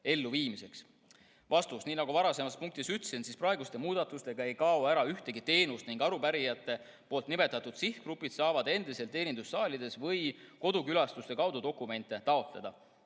Vastus. Nii nagu varasemalt ütlesin, praeguste muudatuste tõttu ei kao ära ühtegi teenust ning arupärijate nimetatud sihtgrupid saavad endiselt teenindussaalis või kodukülastuse kaudu dokumente taotleda.